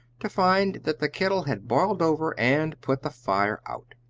to find that the kettle had boiled over and put the fire out.